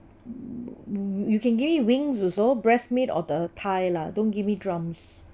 you can give me wings also breast meat or the thigh lah don't give me drums